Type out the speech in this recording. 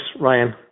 Ryan